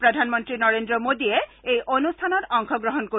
প্ৰধানমন্ত্ৰী নৰেন্দ্ৰ মোদীয়ে এই অনুষ্ঠানত অংশগ্ৰহণ কৰিব